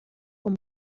con